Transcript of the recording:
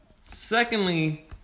Secondly